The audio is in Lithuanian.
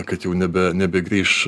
kad jau nebe nebegrįš